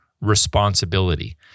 responsibility